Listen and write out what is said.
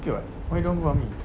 okay [what] why don't want to go army